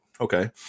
Okay